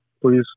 please